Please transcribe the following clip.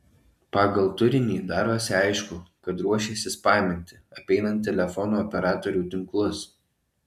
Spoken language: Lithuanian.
pagal turinį darosi aišku kad ruošiasi spaminti apeinant telefono operatorių tinklus